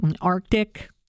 Arctic